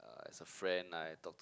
uh as a friend ah I talk to her